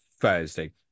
Thursday